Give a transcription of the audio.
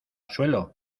suelo